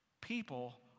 people